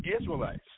Israelites